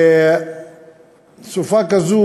סופה כזאת,